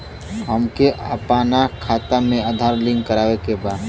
हमके अपना खाता में आधार लिंक करावे के बा?